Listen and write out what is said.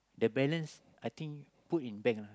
the balance I think put in bank lah